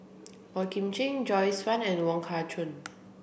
Boey Kim Cheng Joyce Fan and Wong Kah Chun